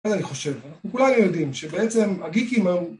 ‫אני חושב, אנחנו כולנו יודעים ‫שבעצם הגיקי מהו...